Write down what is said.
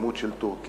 ההתאסלמות של טורקיה,